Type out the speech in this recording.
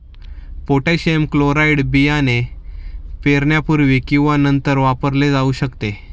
potassium chloride बियाणे पेरण्यापूर्वी किंवा नंतर वापरले जाऊ शकते